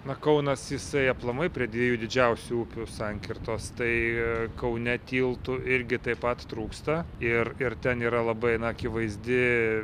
na kaunas jisai aplamai prie dviejų didžiausių upių sankirtos tai kaune tiltų irgi taip pat trūksta ir ir ten yra labai akivaizdi